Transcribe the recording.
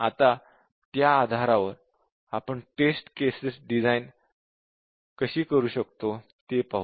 आता त्या आधारावर आपण टेस्ट केसेस डिझाईन कशी करतो ते पाहू